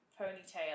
ponytail